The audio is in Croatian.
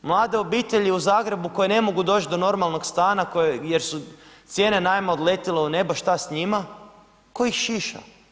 Mlade obitelji u Zagrebu koje ne mogu doći do normalnog stana jer su cijene najma odletjele u nebo, šta s njima, tko ih šiša.